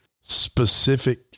specific